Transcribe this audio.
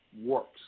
works